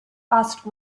asked